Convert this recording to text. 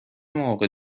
موقع